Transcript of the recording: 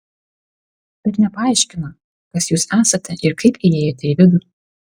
bet nepaaiškina kas jūs esate ir kaip įėjote į vidų